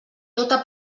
tota